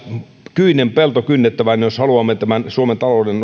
kyinen pelto kynnettävänä jos haluamme suomen talouden